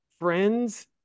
friends